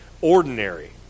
ordinary